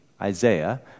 Isaiah